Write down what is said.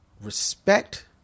respect